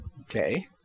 Okay